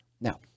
Now